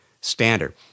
standard